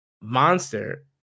monster